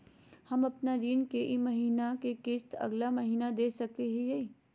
हम अपन ऋण के ई महीना के किस्त अगला महीना दे सकी हियई?